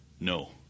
No